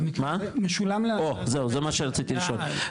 זה מה שרציתי לשאול,